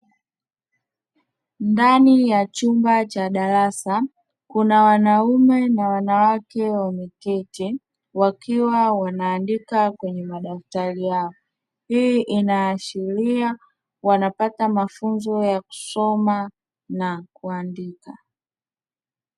Ndani ya chumba cha darasa kuna wanaume na wanawake wameketi, wakiwa wanaandika kwenye madaftari yao. Hii inaashiria wanapata mafunzo ya kusoma na kuandika.